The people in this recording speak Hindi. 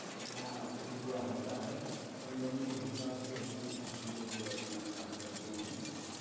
अपना प्रक्रिया होता है आमदनी के हिसाब से ही हर लोग अपना कार्य करते हैं